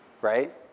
right